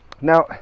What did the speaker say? now